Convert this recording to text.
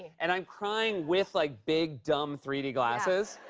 and i'm crying with, like, big, dumb three d glasses.